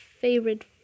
favorite